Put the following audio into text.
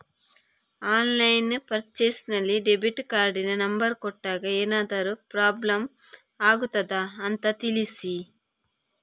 Online purchase ನಲ್ಲಿ debit ಕಾರ್ಡಿನ number ಕೊಟ್ಟಾಗ ಏನಾದರೂ ಪ್ರಾಬ್ಲಮ್ ಆಗುತ್ತದ ಅಂತ ತಿಳಿಸಿ?